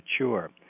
mature